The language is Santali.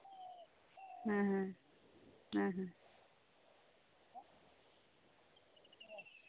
ᱦᱩᱸ ᱦᱩᱸ ᱦᱩᱸ ᱦᱩᱸ